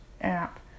app